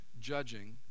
judging